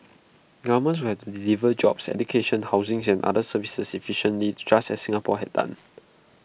governments would have to deliver jobs education housing and other services efficiently just as Singapore had done